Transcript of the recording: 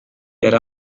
yari